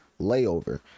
layover